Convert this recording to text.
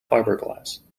fiberglass